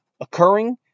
occurring